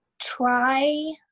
try